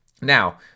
Now